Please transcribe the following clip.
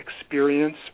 experience